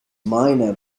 minor